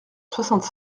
soixante